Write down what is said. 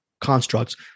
constructs